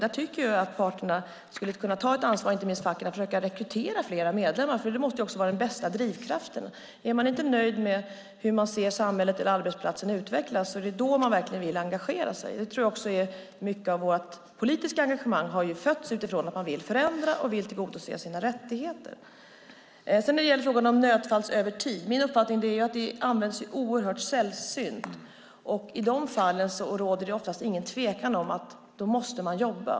Där tycker jag att parterna och inte minst facket borde kunna ta ansvar för att försöka rekrytera fler medlemmar. Det måste ju vara den bästa drivkraften. Det är när man inte är nöjd med hur man ser samhället eller arbetsplatsen utvecklas som man verkligen vill engagera sig. Mycket av vårt politiska engagemang har ju fötts utifrån att man vill förändra och tillgodose sina rättigheter. Min uppfattning om nödfallsövertid är att det är oerhört sällsynt. I de fallen råder det oftast ingen tvekan om att man måste jobba.